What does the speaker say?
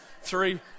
three